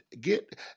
get